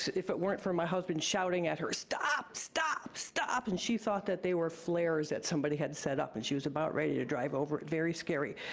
if it weren't for my husband shouting at her, stop, stop, stop, and she thought that they were flares that somebody had set up and she was about ready to drive over it, very scary.